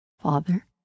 Father